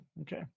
okay